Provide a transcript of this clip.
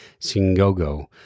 Singogo